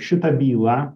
šitą bylą